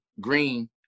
Green